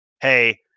hey